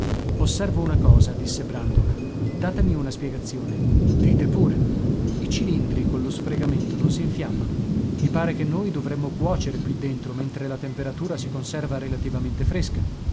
osservo una cosa disse brandok datemi una spiegazione dite pure i cilindri collo sfregamento non s infiammano i pare che noi dovremmo cuocere qui dentro mentre la temperatura si conserva relativamente fresca